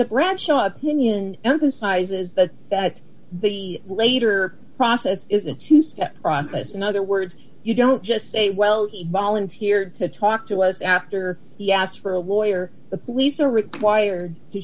the gradual opinion emphasizes that but the later process is a two step process in other words you don't just say well volunteered to talk to us after he asks for a lawyer the police are required to